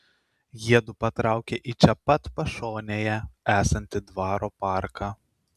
jiedu patraukia į čia pat pašonėje esantį dvaro parką